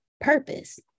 purpose